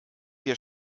wir